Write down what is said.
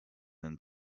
then